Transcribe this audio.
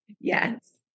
Yes